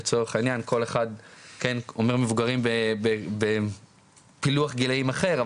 לצורך העניין כל אחד אומר מבוגרים בפילוח גילאים אחר,